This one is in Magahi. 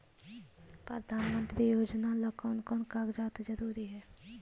प्रधानमंत्री योजना ला कोन कोन कागजात जरूरी है?